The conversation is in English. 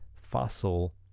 fossil